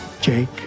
Jake